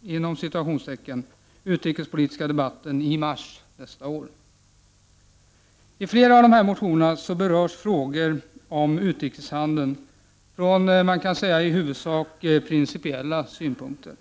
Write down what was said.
i den stora utrikespolitiska debatten i mars nästa år. I flera motioner berörs frågor om utrikeshandeln från i huvudsak principiella synpunkter.